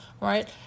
Right